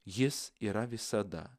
jis yra visada